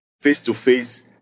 face-to-face